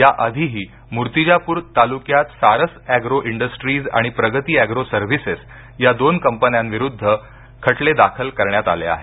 या आधीही मूर्तिजाप्र तालुक्यात सारस एग्रो इंडस्ट्रीज आणि प्रगती एग्रो सर्व्हिसेस या दोन कंपन्यांविरोधात खटले दाखल करण्यात आले आहेत